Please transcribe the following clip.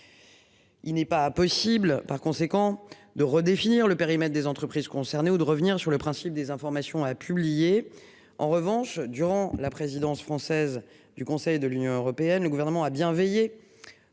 Il n'est pas possible. Par conséquent, de redéfinir le périmètre des entreprises concernées ou de revenir sur le principe des informations à publier. En revanche, durant la présidence française du Conseil de l'Union européenne, le gouvernement a bien veillé.